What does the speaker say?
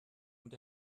und